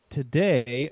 today